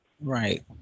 Right